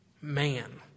man